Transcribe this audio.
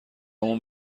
مون